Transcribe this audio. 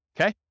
Okay